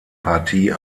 partie